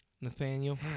Nathaniel